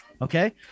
Okay